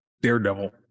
Daredevil